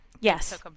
Yes